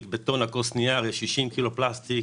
ובטון של כוסות נייר יש 60 קילו פלסטיק,